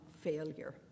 failure